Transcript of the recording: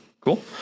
cool